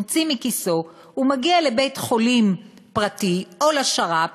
הוא מגיע לבית-חולים פרטי או לשר"פ,